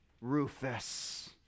Rufus